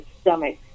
stomach